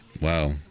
Wow